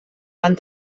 van